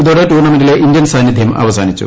ഇതോടെ ടൂർണമെന്റിലെ ഇന്ത്യൻ സാന്നിധ്യം അവസാനിച്ചു